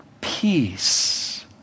peace